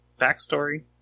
backstory